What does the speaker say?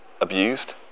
abused